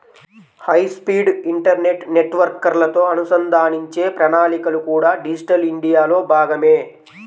high speed internet నెట్వర్క్లతో అనుసంధానించే ప్రణాళికలు కూడా డిజిటల్ ఇండియాలో భాగమే